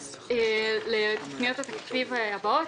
לפניות התקציב הבאות: